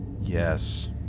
yes